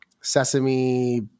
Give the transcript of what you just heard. sesame